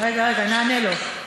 רגע, נענה לו.